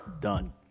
Done